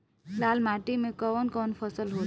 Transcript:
लाल माटी मे कवन कवन फसल होला?